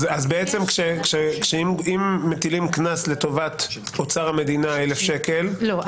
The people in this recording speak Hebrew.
אז אם מטילים קנס לטובת אוצר המדינה 1000 ש"ח --- לא,